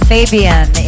Fabian